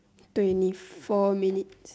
twenty four minutes